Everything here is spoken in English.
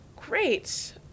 Great